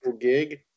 gig